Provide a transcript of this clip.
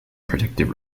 protective